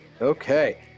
Okay